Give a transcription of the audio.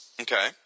Okay